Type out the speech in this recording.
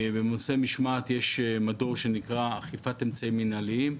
בנושא משמעת יש מדור שנקרא אכיפת אמצעים מינהליים.